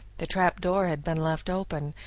the trapdoor had been left open,